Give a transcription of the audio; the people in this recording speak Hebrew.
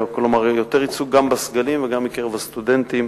כלומר יותר ייצוג גם בסגלים וגם בקרב הסטודנטים,